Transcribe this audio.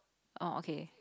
oh okay